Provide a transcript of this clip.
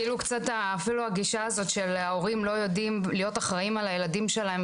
אפילו הגישה הזאת שההורים לא יודעים להיות אחראים על הילדים שלהם,